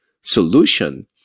solution